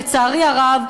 לצערי הרב,